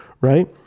Right